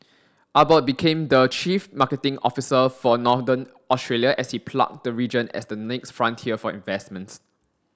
Abbott became the chief marketing officer for Northern Australia as he plugged the region as the next frontier for investments